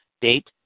date